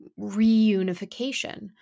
reunification